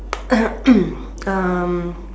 um